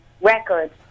records